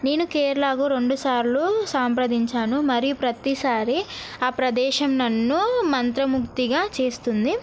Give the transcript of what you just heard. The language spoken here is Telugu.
నేను కేరళకు రెండుసార్లు సంప్రదించాను మరియు ప్రతిసారి ఆ ప్రదేశం నన్ను మంత్రముగ్దుగా చేస్తుంది